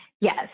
Yes